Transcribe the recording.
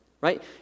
Right